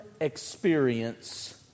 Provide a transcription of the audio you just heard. experience